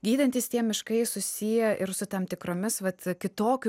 gydantys tie miškai susiję ir su tam tikromis vat kitokiu